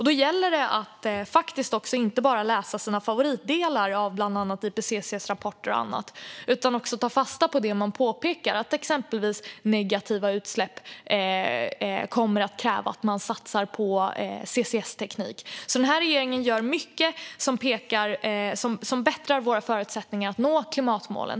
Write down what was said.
Det gäller att inte bara läsa sina favoritdelar i bland annat IPCC:s rapporter utan också ta fasta på det som påpekas, nämligen att exempelvis negativa utsläpp kommer att kräva att man satsar på CCS-teknik. Regeringen gör mycket som förbättrar våra förutsättningar att nå klimatmålen.